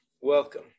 welcome